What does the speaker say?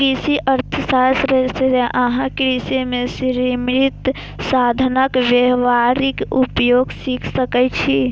कृषि अर्थशास्त्र सं अहां कृषि मे सीमित साधनक व्यावहारिक उपयोग सीख सकै छी